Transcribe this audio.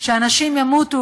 שאנשים ימותו,